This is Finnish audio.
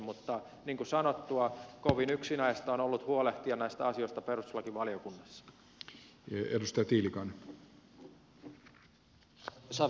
mutta niin kuin sanottua kovin yksinäistä on ollut huolehtia näistä asioista perustuslakivaliokunnassa